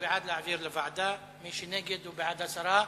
הוא בעד העברה לוועדה ומי שנגד הוא בעד הסרה,